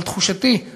אבל תחושתי היא